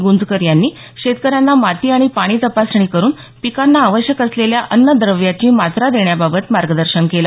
गुजकर यांनी शेतकऱ्यांना माती आणि पाणी तपासणी करून पिकांना आवश्यक असलेल्या अन्न द्रव्याची मात्रा देण्याबाबत मार्गदर्शन केलं